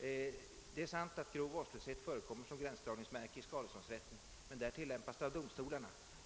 vill jag säga att det är sant, att grov vårdslöshet förekommer som gränsdragningsmärke i skadeståndsrätten, men där sker tillämpningen av domstolarna.